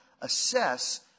assess